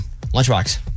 Lunchbox